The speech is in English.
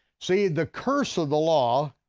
see, the curse of the law